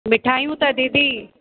मिठायूं त दीदी